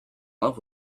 love